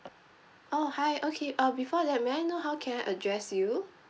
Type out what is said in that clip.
oh hi okay uh before that may I know how can I address you